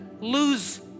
lose